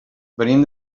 venim